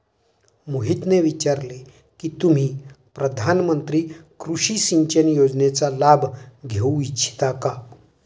मोहितने विचारले की तुम्ही प्रधानमंत्री कृषि सिंचन योजनेचा लाभ घेऊ इच्छिता का?